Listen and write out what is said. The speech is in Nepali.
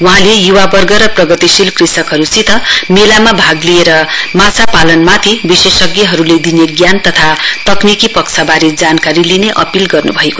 वहाँले य्वावर्ग र प्रगतिशील कृषकहरुसित मेलामा भाग लिएर माछापालनमाथि विशेषज्ञहरुले दिने ज्ञान तथा तकनिकी पक्षवारे जानकारी लिने अपील गर्नुभयो